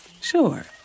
Sure